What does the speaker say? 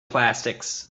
plastics